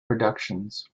productions